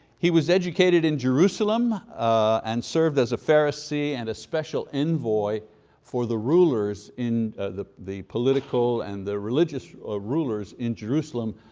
he was educated in jerusalem and served as a pharisee and a special envoy for the rulers, the the political and the religious ah rulers in jerusalem,